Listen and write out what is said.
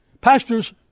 pastor's